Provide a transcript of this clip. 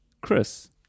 Chris